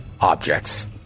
objects